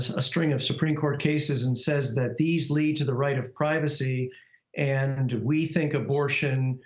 a string of supreme court cases and says that these lead to the right of privacy and we think abortion,